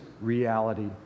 reality